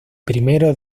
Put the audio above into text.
primero